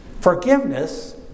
forgiveness